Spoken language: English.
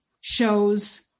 shows